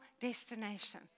destination